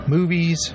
Movies